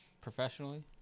professionally